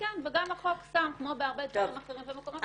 וגם החוק שם כמו בהרבה דברים אחרים ומקומות אחרים את האיזונים הנדרשים.